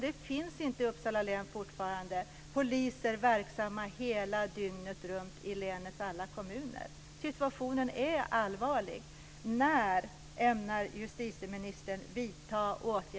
Det finns inte i Uppsala län poliser verksamma dygnet runt i länets alla kommuner. Situationen är allvarlig.